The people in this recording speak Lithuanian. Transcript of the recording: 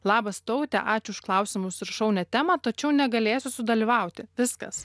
labas taute ačiū už klausimus ir šaunią temą tačiau negalėsiu sudalyvauti viskas